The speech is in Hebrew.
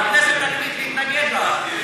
והכנסת תחליט להתנגד לך,